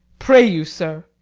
pray you, sir,